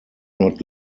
not